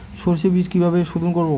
সর্ষে বিজ কিভাবে সোধোন করব?